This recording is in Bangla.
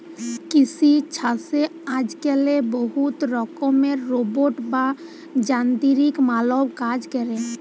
কিসি ছাসে আজক্যালে বহুত রকমের রোবট বা যানতিরিক মালব কাজ ক্যরে